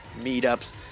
meetups